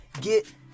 get